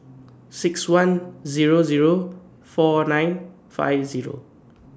six one Zero Zero four nine five Zero